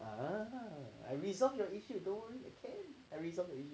ah I resolved the issue don't worry I resolve already